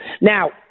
Now